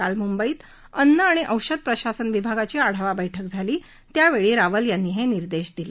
काल मुंबईत अन्न आणि औषध प्रशासन विभागाची आढावा बैठक झाली त्यावेळी रावल यांनी हे निर्देश दिले